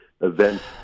events